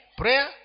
prayer